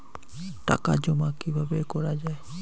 টাকা জমা কিভাবে করা য়ায়?